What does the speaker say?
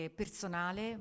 personale